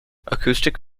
acoustic